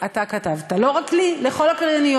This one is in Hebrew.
אתה כתבת, לא רק לי, לכל הקרייניות,